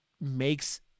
makes